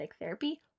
therapy